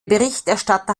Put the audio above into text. berichterstatter